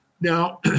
Now